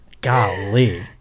Golly